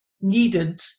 needed